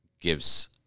gives